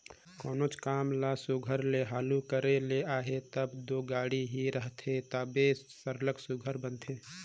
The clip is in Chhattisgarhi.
कोनोच काम ल सुग्घर ले हालु करे ले अहे तब दो गाड़ी ही रहथे तबे सरलग सुघर बनथे